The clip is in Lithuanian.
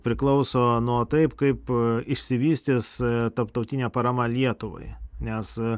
priklauso nuo taip kaip išsivystys tarptautinė parama lietuvai nes